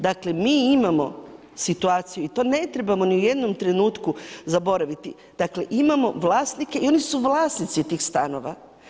Dakle mi imamo situaciju i to ne trebamo ni u jednom trenutku zaboraviti, dakle imamo vlasnike i oni su vlasnici tih stanova.